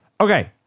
Okay